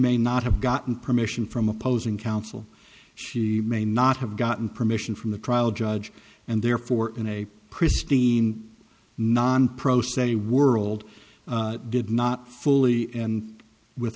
may not have gotten permission from opposing counsel she may not have gotten permission from the trial judge and therefore in a pristine non pros a world did not fully and with